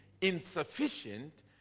insufficient